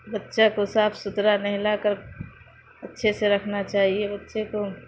بچہ کو صاف ستھرا نہلا کر اچھے سے رکھنا چاہیے بچے کو